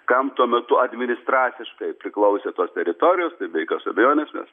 kam tuo metu administraciškai priklausė tos teritorijos tai be jokios abejonės mes